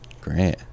Great